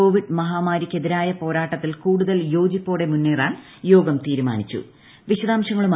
Covid മഹാമാരിക്കെതിരായ പോരാട്ടത്തിൽ കൂടുതൽ യ്യോജിപ്പോടെ മുന്നേറാൻ യോഗം തീരുമാനിച്ചു